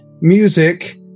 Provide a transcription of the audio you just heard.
Music